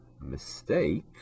mistake